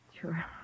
Sure